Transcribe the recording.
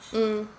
mm